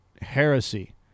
heresy